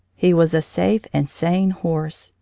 he was a safe and sane horse.